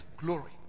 glory